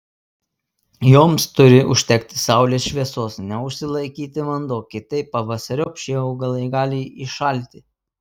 joms turi užtekti saulės šviesos neužsilaikyti vanduo kitaip pavasariop šie augalai gali iššalti